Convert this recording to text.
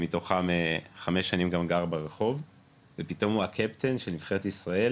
מתוכן כחמש שנים גם גר ברחוב ופתאום הוא הקפטן של נבחרת ישראל,